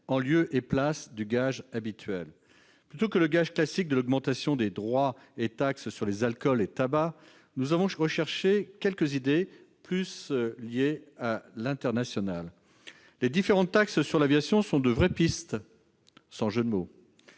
en lieu et place du gage habituel. En effet, plutôt que le gage classique consistant en une augmentation des droits et taxes sur les alcools et tabacs, nous avons recherché quelques idées, plus liées à l'international. Les différentes taxes sur l'aviation sont de vraies pistes, sans jeu de mots.